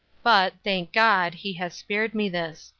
but, thank god, he has spared me this.